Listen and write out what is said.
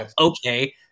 Okay